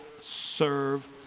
serve